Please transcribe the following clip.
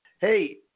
Hey